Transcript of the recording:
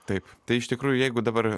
taip tai iš tikrųjų jeigu dabar